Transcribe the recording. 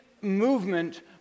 movement